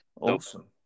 awesome